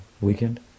weekend